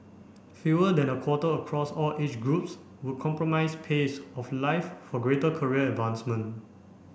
fewer than a quarter across all age groups would compromise pace of life for greater career advancement